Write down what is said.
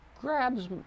grabs